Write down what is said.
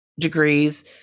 degrees